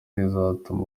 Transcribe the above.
rizatuma